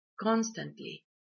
constantly